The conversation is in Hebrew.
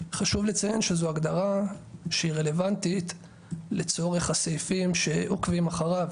חשוב לציין שזו הגדרה שהיא רלוונטית לצורך הסעיפים שעוקבים אחריו,